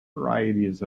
varieties